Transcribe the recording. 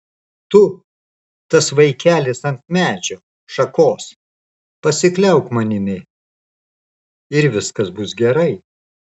tu tas vaikelis ant medžio šakos pasikliauk manimi ir viskas bus gerai